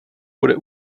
bude